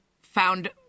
found